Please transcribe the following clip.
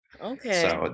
Okay